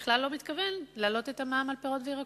יכול היה לומר: אני בכלל לא מתכוון להעלות את המע"מ על פירות וירקות,